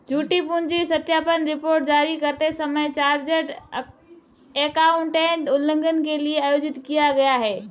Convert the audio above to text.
झूठी पूंजी सत्यापन रिपोर्ट जारी करते समय चार्टर्ड एकाउंटेंट उल्लंघन के लिए आयोजित किया गया